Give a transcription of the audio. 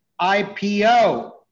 IPO